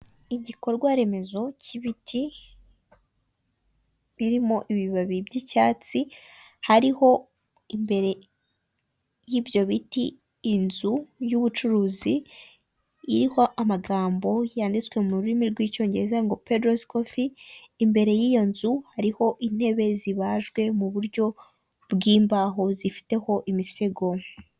Hoteli zitandukanye zo mu Rwanda bakunze kubaka ibyo bakunze kwita amapisine mu rurimi rw'abanyamahanga aho ushobora kuba wahasohokera nabawe mukaba mwahagirira ibihe byiza murimo muroga mwishimisha .